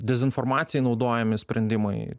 dezinformacijai naudojami sprendimai